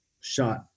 shot